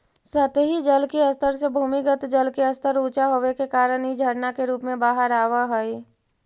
सतही जल के स्तर से भूमिगत जल के स्तर ऊँचा होवे के कारण इ झरना के रूप में बाहर आवऽ हई